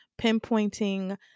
pinpointing